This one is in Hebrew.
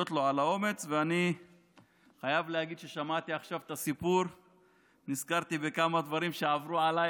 אני חייב להגיד שכששמעתי עכשיו את הסיפור נזכרתי בכמה דברים שעברו עליי,